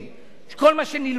האם אנחנו שומרים עליו,